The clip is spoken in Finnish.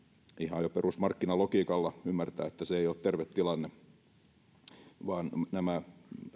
ihan jo perusmarkkinalogiikalla ymmärtää että se ei ole terve tilanne